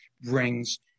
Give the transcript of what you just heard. brings